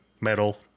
metal